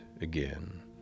again